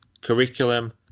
curriculum